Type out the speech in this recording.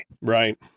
Right